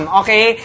okay